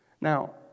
Now